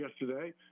yesterday